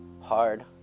hard